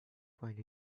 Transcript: find